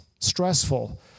stressful